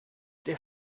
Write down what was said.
der